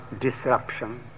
disruption